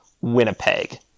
Winnipeg